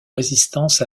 résistance